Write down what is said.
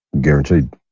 guaranteed